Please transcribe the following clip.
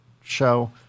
show